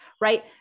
right